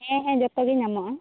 ᱦᱮᱸ ᱦᱮᱸ ᱡᱚᱛᱚᱜᱮ ᱧᱟᱢᱚᱜᱼᱟ